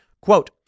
quote